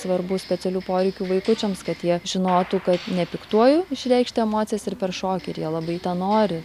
svarbu specialių poreikių vaikučiams kad jie žinotų kad ne piktuoju išreikšti emocijas ir per šokį ir jie labai tą nori